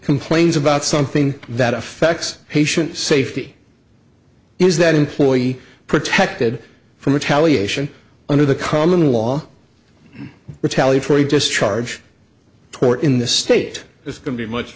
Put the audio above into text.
complains about something that affects patient safety is that employee protected from a tally ation under the common law retaliatory just charge tort in this state it's going to be much